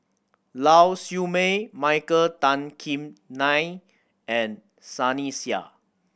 Lau Siew Mei Michael Tan Kim Nei and Sunny Sia